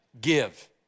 Give